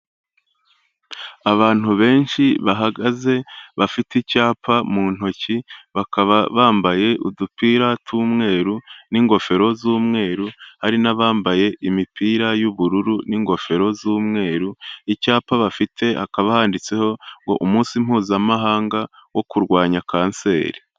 Abantu benshi bahagaze bafite icyapa mu ntoki bakaba bambaye udupira tw'umweru n'ingofero z'umweru hari n'abambaye imipira y'ubururu n'ingofero z'umweru, icyapa bafite hakaba handitseho ngo umunsi mpuzamahanga wo kurwanya kanseri.